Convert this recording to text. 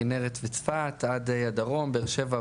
כנרת וצפת עד הדרום באר שבע,